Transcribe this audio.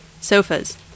Sofas